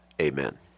amen